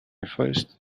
first